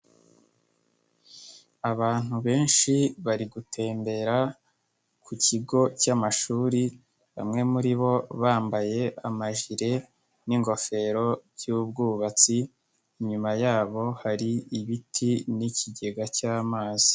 Abantu benshi bari gutembera ku kigo cy'amashuri, bamwe muri bo bambaye amajire n'ingofero by'ubwubatsi, inyuma yabo hari ibiti n'ikigega cy'amazi.